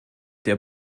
der